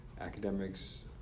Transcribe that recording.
academics